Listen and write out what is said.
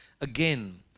again